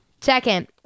Second